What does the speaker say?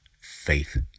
faith